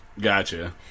Gotcha